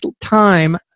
time